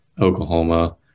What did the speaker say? Oklahoma